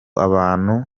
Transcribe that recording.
abantu